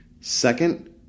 Second